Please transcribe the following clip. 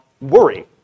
worry